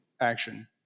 action